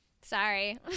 Sorry